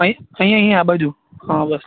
અહીં અહીં અહીં આ બાજુ હા બસ